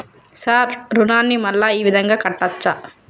Sir రుణాన్ని మళ్ళా ఈ విధంగా కట్టచ్చా?